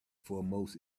foremost